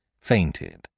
fainted